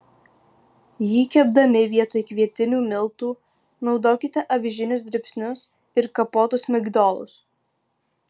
jį kepdami vietoj kvietinių miltų naudokite avižinius dribsnius ir kapotus migdolus